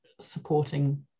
supporting